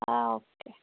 آ اوکے